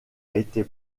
été